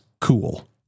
cool